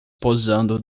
posando